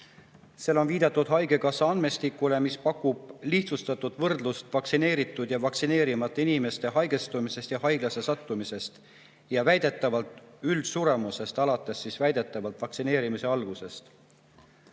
Seal on viidatud haigekassa andmestikule, mis pakub lihtsustatud võrdlust vaktsineeritud ja vaktsineerimata inimeste haigestumise ja haiglasse sattumise ning väidetavalt üldsuremuse kohta, alates väidetavalt vaktsineerimise algusest.